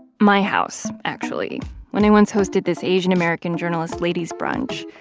my house, actually when i once hosted this asian american journalist ladies brunch.